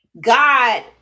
God